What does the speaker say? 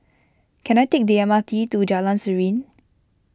can I take the M R T to Jalan Serene